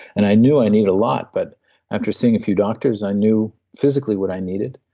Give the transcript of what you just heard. and i knew i need a lot, but after seeing a few doctors i knew physically what i needed,